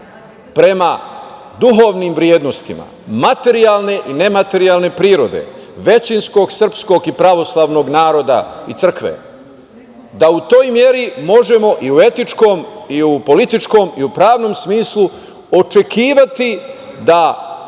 prema duhovnim vrednostima, materijalne i ne materijalne prirode većinskog srpskog i pravoslavnog naroda i crkve, da u toj meri možemo i u etičkom i u političkom i u pravnom smislu očekivati da